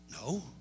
no